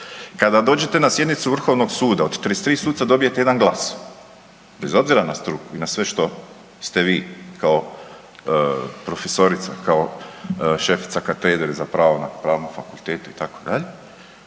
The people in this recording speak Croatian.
Kada dođete na sjednicu Vrhovnog suda, od 33 suca dobijete jedan glas bez obzira na struku i na sve što ste vi kao profesorica, kao šefica Katedre za pravo na Pravnom fakultetu